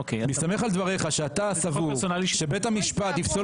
מסתמך על דבריך שאתה סבור שבית המשפט יפסול